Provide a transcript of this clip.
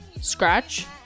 Scratch